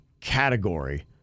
category